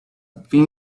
thin